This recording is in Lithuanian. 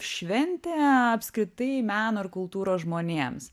šventė apskritai meno ir kultūros žmonėms